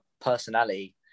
personality